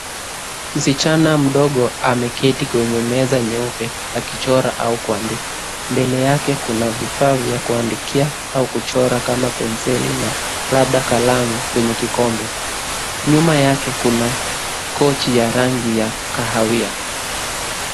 Msichana mdogo ameketi kwenye meza nyeupe akichora au kuandika. Mbele yake kuna vifaa vya kuandikia au kuchora kama penseli na labda kalamu kwenye kikombe. Nyuma yake kuna kochi ya rangi ya kahawia.